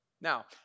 Now